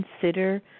consider